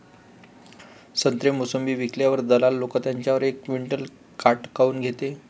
संत्रे, मोसंबी विकल्यावर दलाल लोकं त्याच्यावर एक क्विंटल काट काऊन घेते?